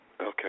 Okay